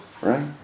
right